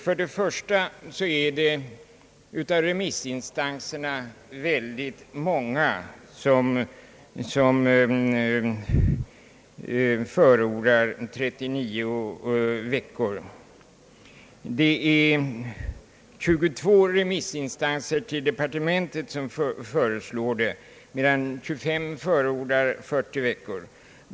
För det första har ett stort antal av remissinstanserna förordat det kortare skolåret, 22 remissinstanser som avgivit yttrande till departementet föreslår detta, medan 25 förordar ett skolår på 40 veckor.